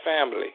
family